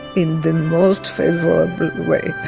in the most favorable way